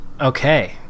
okay